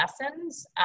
lessons